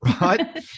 Right